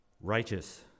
Righteous